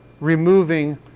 removing